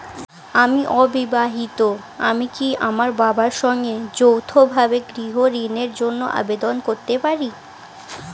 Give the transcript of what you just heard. আমি অবিবাহিতা আমি কি আমার বাবার সঙ্গে যৌথভাবে গৃহ ঋণের জন্য আবেদন করতে পারি?